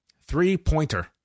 Three-pointer